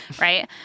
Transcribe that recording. right